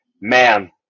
man